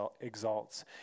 exalts